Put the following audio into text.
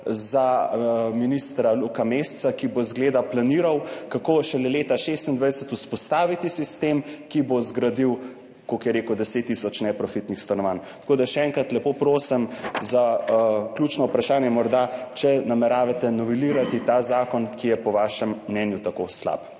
za ministra Luka Meseca, ki bo zgleda planiral, kako šele leta 2026 vzpostaviti sistem, ki bo zgradil, koliko je rekel, 10 tisoč neprofitnih stanovanj. Še enkrat lepo prosim za ključno vprašanje: Ali nameravate novelirati ta zakon, ki je po vašem mnenju tako slab?